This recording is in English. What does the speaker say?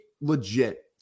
legit